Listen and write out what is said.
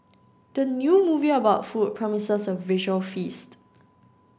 the new movie about food promises a visual feast